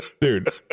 dude